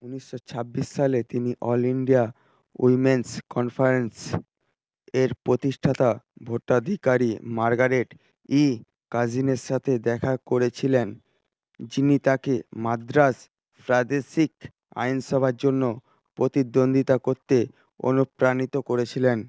উনিশশো ছাব্বিশ সালে তিনি অল ইন্ডিয়া উইমেনস কনফারেন্স এর প্রতিষ্ঠাতা ভোটাধিকারী মার্গারেট ই কাজিনের সাথে দেখা করেছিলেন যিনি তাঁকে মাদ্রাজ প্রাদেশিক আইনসভার জন্য প্রতিদ্বন্দ্বিতা করতে অনুপ্রাণিত করেছিলেন